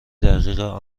دقیق